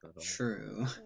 True